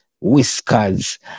Whiskers